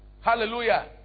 hallelujah